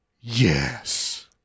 Yes